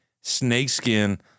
snakeskin